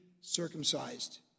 circumcised